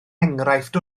enghraifft